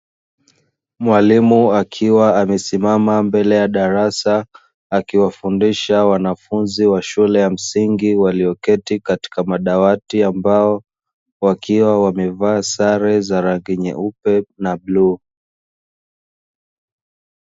Mwalimu akiwa amesimama mbele ya darasa, akiwafundisha wanafunzi wa shule ya msingi walioketi katika madawati ya mbao, wakiwa wamevaa sare za rangi nyeupe na bluu.